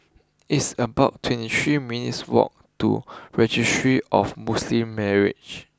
it's about twenty three minutes' walk to Registry of Muslim Marriages